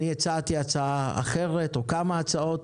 אני הצעתי הצעה אחרת או כמה הצעות.